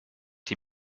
die